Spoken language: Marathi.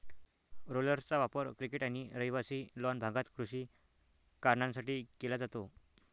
रोलर्सचा वापर क्रिकेट आणि रहिवासी लॉन भागात कृषी कारणांसाठी केला जातो